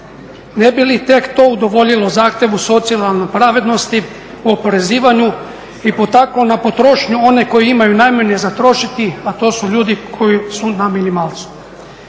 Ne bi li tek to udovoljilo zahtjevu socijalne pravednosti oporezivanju i potaklo na potrošnju one koji imaju najmanje za trošiti, a to su ljudi koji su na minimalcu?